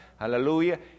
Aleluya